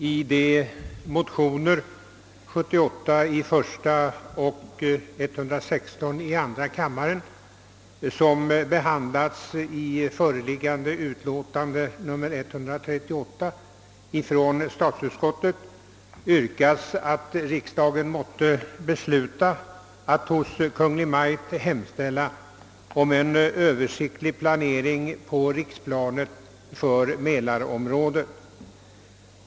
I de motioner, I: 78 och II: 116, som behandlas i statsutskottets utlåtande nr 138, yrkas att riksdagen måtte besluta att hos Kungl. Maj:t hemställa om en översiktlig planering på riksplanet för mälarområdet.